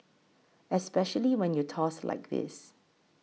especially when you toss like this